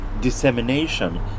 dissemination